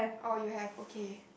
oh you have okay